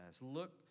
Look